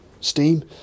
steam